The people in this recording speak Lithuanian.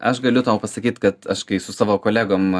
aš galiu tau pasakyt kad kai su savo kolegom